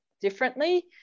differently